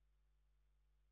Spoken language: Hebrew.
ותחזור לדיון בוועדת העבודה